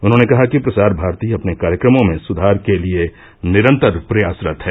उन्होंने कहा कि प्रसार भारती अपने कार्यक्रमों में सुधार के लिए निरंतर प्रयासरत है